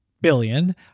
billion